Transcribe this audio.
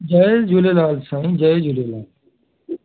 जय झूलेलाल साईं जय झूलेलाल